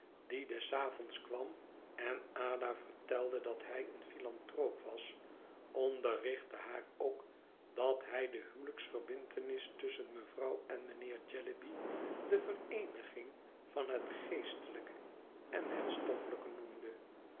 die des avonds kwam en ada vertelde dat hij een philanthroop was onderrichtte haar ook dat hij de huwelijksverbintenis tusschen mevrouw en mijnheer jellyby de vereeniging van het geestelijke en het stoffelijke noemde